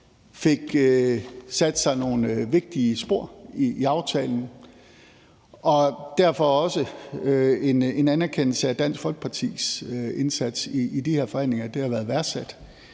fik sat sig nogle vigtige spor i aftalen. Derfor anerkender jeg også Dansk Folkepartis indsats i de her forhandlinger – det har været værdsat.